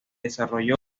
desarrolló